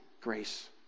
grace